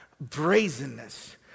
brazenness